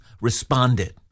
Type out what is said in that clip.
responded